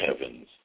heavens